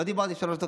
לא דיברתי שלוש דקות.